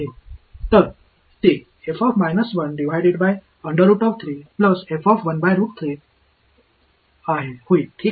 तर ते होईल ठीक